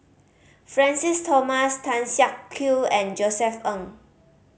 Francis Thomas Tan Siak Kew and Josef Ng